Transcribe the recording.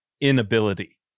inability